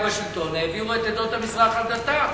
בשלטון העבירו את עדות המזרח על דתם.